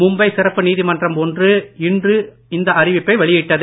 மும்பை சிறப்பு நீதிமன்றம் ஒன்று இந்த அறிவிப்பை வெளியிட்டது